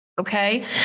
Okay